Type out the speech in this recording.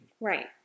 Right